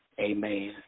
Amen